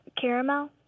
caramel